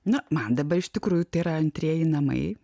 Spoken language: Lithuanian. na man dabar iš tikrųjų tai yra antrieji namai